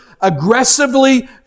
aggressively